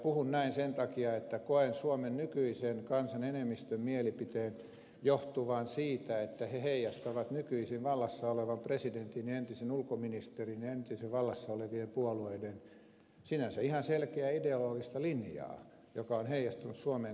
puhun näin sen takia että koen suomen nykyisen kansan enemmistön mielipiteen johtuvan siitä että se heijastaa nykyisin vallassa olevan presidentin entisen ulkoministerin ja entisten vallassa olleiden puolueiden sinänsä ihan selkeää ideologista linjaa joka on heijastunut suomen kansaan